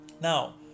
now